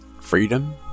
freedom